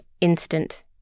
instant